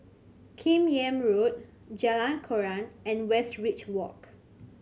Kim Yam Road Jalan Koran and Westridge Walk